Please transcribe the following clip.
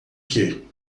que